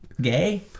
gay